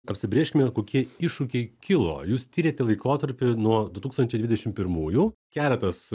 apsibrėžkime kokie iššūkiai kilo jūs tyrėte laikotarpį nuo du tūkstančiai dvidešimt pirmųjų keletas